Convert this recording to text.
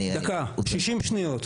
דקה, 60 שניות.